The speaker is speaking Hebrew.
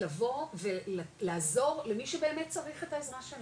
לבוא ולעזור למי שבאמת צריך את העזרה שלנו.